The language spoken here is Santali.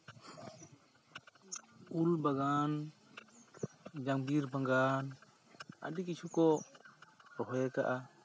ᱩᱞ ᱵᱟᱜᱟᱱ ᱡᱟᱺᱵᱤᱨ ᱵᱟᱜᱟᱱ ᱟᱹᱰᱤ ᱠᱤᱪᱷᱩ ᱠᱚ ᱨᱚᱦᱚᱭ ᱟᱠᱟᱜᱼᱟ